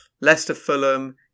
Leicester-Fulham